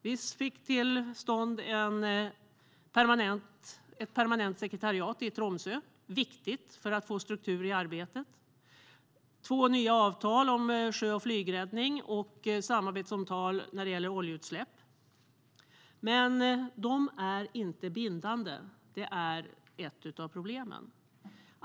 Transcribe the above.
Vi fick till stånd ett permanent sekretariat i Tromsö, som är viktigt för att få struktur i arbetet, två nya avtal om sjö och flygräddning och samarbetsavtal när det gäller oljeutsläpp. Men de är inte bindande. Det är ett av problemen.